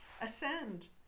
ascend